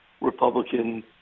Republican